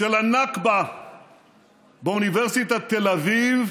של הנכבה באוניברסיטת תל אביב,